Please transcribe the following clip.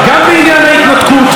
גם בעניין ההתנתקות,